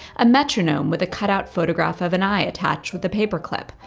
a metronome with a cut out photograph of an eye attached with a paper clip,